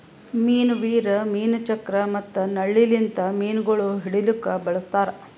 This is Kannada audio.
ಮೀನು ವೀರ್, ಮೀನು ಚಕ್ರ ಮತ್ತ ನಳ್ಳಿ ಲಿಂತ್ ಮೀನುಗೊಳ್ ಹಿಡಿಲುಕ್ ಬಳಸ್ತಾರ್